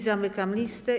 Zamykam listę.